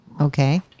Okay